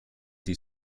die